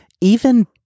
even-